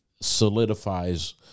solidifies